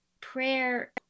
prayer